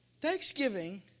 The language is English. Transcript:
Thanksgiving